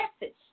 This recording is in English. message